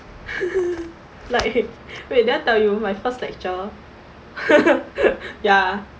like wait did I tell you my first lecture ya